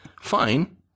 fine